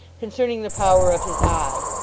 concerning the power of his eye.